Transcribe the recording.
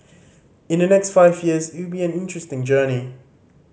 in the next five years it will be an interesting journey